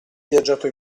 viaggiato